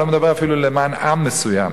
אני לא מדבר אפילו למען עם מסוים,